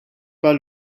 pas